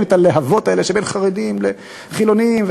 את הלהבות האלה בין חרדים לחילונים?